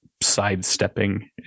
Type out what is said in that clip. sidestepping